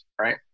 right